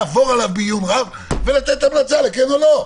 לעבור עליו בעיון רב ולתת המלצה כן או לא.